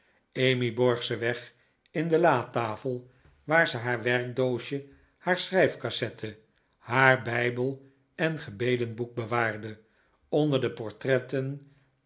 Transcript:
borg ze weg in de latafel waar ze haar werkdoosje haar schrijfcassette haar bijbel en gebedenboek bewaarde onder de portretten